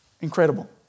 Incredible